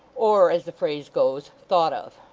or, as the phrase goes, thought of.